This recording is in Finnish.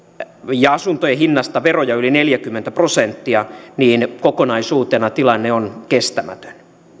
ja asuntojen hinnasta veroja yli neljäkymmentä prosenttia niin kokonaisuutena tilanne on kestämätön